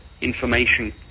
information